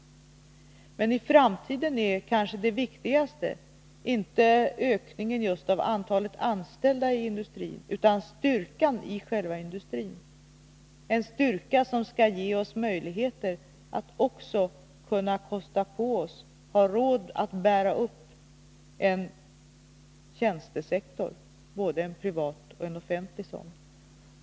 Men i framtiden kanske det viktigaste inte är just ökningen av antalet anställda i industrin, utan styrkan i själva industrin, en styrka som skall ge oss möjligheter också att kunna kosta på oss att bära en tjänstesektor, både en privat och en offentlig sådan.